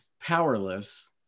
powerless